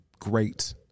great